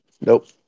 Nope